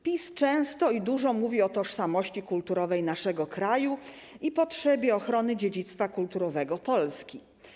PiS często i dużo mówi o tożsamości kulturowej naszego kraju i potrzebie ochrony dziedzictwa kulturowego Polski.